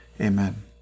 Amen